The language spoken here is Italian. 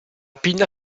pinna